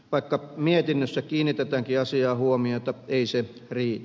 vaikka mietinnössä kiinnitetäänkin asiaan huomiota ei se riitä